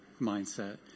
mindset